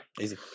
easy